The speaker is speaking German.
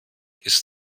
ist